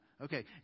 Okay